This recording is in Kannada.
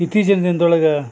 ಇತ್ತೀಚಿನ ದಿನ್ದೊಳಗೆ